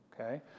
okay